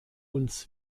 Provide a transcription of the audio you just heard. uns